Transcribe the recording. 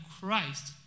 Christ